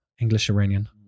English-Iranian